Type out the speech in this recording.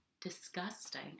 disgusting